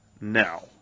now